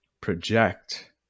project